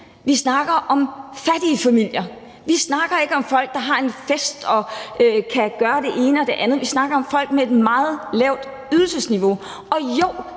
Vi snakker om fattige familier. Vi snakker ikke om folk, der har en fest og kan gøre det ene og det andet. Vi snakker om folk med et meget lavt ydelsesniveau. Og jo,